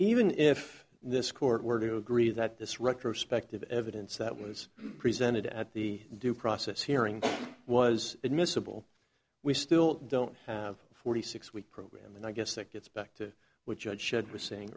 even if this court were to agree that this retrospective evidence that was presented at the due process hearing was admissible we still don't have a forty six week program and i guess that gets back to which judge should was saying